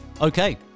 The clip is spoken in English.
Okay